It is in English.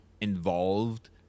involved